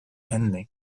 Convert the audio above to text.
ending